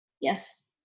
Yes